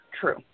True